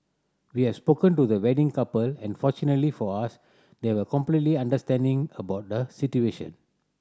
we have spoken to the wedding couple and fortunately for us they were completely understanding about the situation